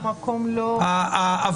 כל